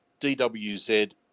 Dwz